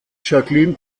jacqueline